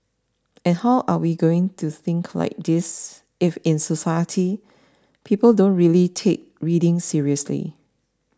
and how are we going to think like this if in society people don't really take reading seriously